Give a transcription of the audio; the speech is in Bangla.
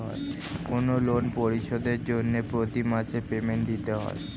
কোনো লোন পরিশোধের জন্য প্রতি মাসে পেমেন্ট দিতে হয়